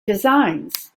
designs